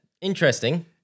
interesting